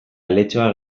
aletxoa